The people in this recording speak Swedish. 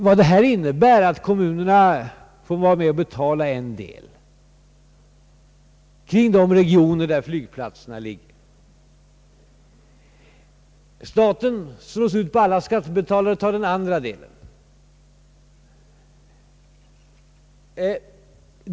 Förslaget här innebär att kommunerna i de regioner, där flygplatserna ligger, får vara med och betala en del, medan staten slår ut det övriga på alla skattebetalare och tar den delen.